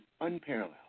unparalleled